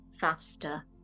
faster